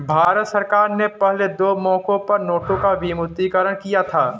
भारत सरकार ने पहले दो मौकों पर नोटों का विमुद्रीकरण किया था